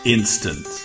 Instant